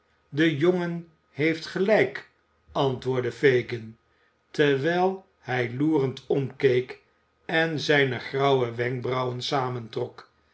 de jongen heeft gelijk antwoordde fagin terwijl hij loerend omkeek en zijne grauwe wenkbrauwen samentrok